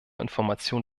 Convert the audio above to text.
information